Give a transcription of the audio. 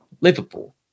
Liverpool